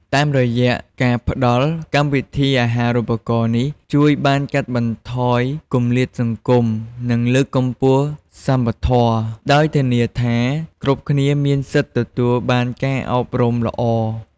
តាមរយៈការផ្ដល់កម្មវិធីអាហារូបករណ៍ នេះជួយ បានកាត់បន្ថយគម្លាតសង្គម និង លើកកម្ពស់សមធម៌ ដោយធានាថា គ្រប់គ្នាមានសិទ្ធិទទួលបានការអប់រំល្អ។